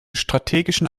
strategischen